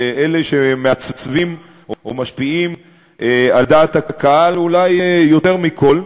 אל אלה שמעצבים או משפיעים על דעת הקהל אולי יותר מכול,